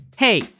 Hey